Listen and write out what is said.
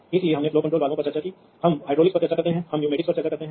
तो वहाँ हैं तो आप उन्हें या तो कनेक्ट कर सकते हैं आप एक पेड़ की तरह जानते हैं